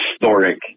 historic